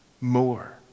more